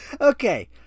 Okay